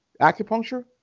acupuncture